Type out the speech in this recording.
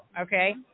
Okay